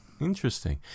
Interesting